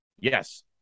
Yes